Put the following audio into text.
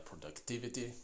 productivity